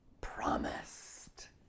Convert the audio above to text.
promised